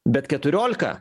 bet keturiolika